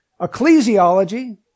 ecclesiology